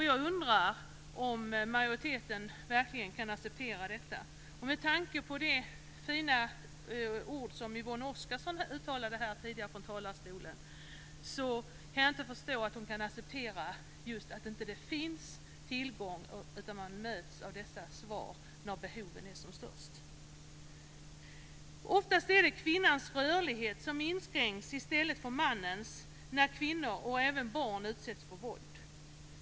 Jag undrar om majoriteten verkligen kan acceptera detta. Med tanke på de fina ord som Yvonne Oscarsson uttalade tidigare från denna talarstol kan jag inte förstå att hon kan acceptera sådana besked när behoven är som störst. Oftast är det kvinnans rörlighet som inskränks i stället för mannens när kvinnor och även barn utsätts för våld.